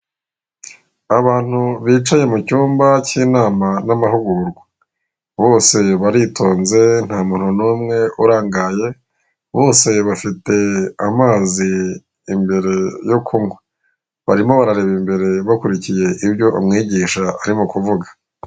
Abantu bicaye mu cyumba cy'inama n'amahugurwa bose baritonze nta muntu n'umwe urangaye, bose bafite amazi imbere yo kunywa, barimo barareba imbere bakurikiye ibyo umwigisha ari mukuvuga.